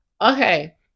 Okay